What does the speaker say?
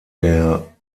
der